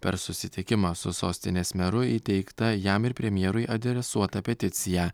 per susitikimą su sostinės meru įteikta jam ir premjerui adresuota peticija